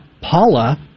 Paula